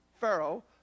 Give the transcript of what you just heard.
Pharaoh